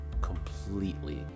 completely